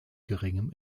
geringem